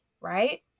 right